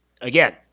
again